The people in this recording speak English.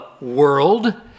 world